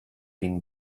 been